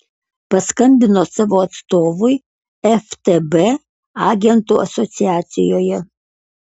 paskambino savo atstovui ftb agentų asociacijoje